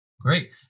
Great